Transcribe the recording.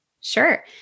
Sure